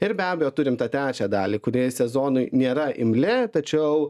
ir be abejo turim tą trečią dalį kuri sezonui nėra imli tačiau